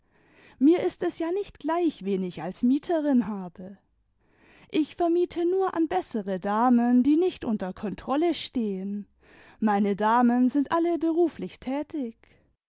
mir ist es ja nicht gleich wen ich als mieterin habe ich vermiete nur an bessere damen die nicht unter kontrolle stehen meine damen sind alle iberuflich tätig